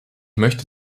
möchte